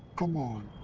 come on,